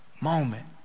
moment